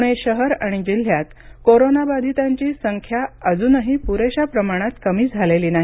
पुणे शहर आणि जिल्ह्यात कोरोनाची संख्या अजूनही पुरेशा प्रमाणात कमी झालेली नाही